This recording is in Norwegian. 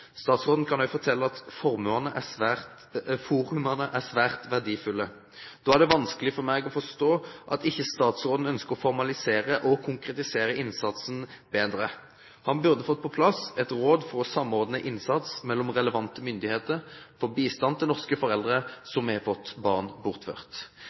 Statsråden kan også fortelle at forumene er svært verdifulle. Da er det vanskelig for meg å forstå at statsråden ikke ønsker å formalisere og konkretisere innsatsen bedre. Han burde fått på plass et råd for å samordne innsats mellom relevante myndigheter for bistand til norske foreldre som har fått barn bortført.